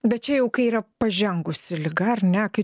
bet čia jau kai yra pažengusi liga ar ne kai